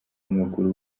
w’amaguru